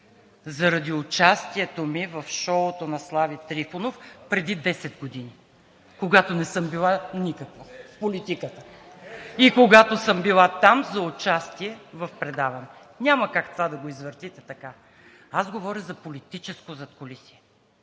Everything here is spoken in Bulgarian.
заради участието ми в „Шоуто на Слави Трифонов“ преди 10 години, когато не съм била никаква в политиката и когато съм била там за участие в предаване. Няма как това да го извъртите така. Аз говоря за политическо задкулисие,